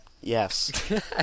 Yes